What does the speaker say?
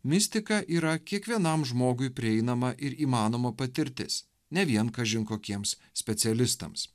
mistika yra kiekvienam žmogui prieinama ir įmanoma patirtis ne vien kažin kokiems specialistams